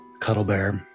Cuddlebear